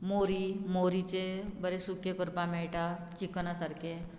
मोरी मोरीचे बरे सुकें करपाक मेळटा चिकना सारके